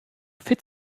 fit